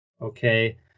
okay